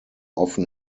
often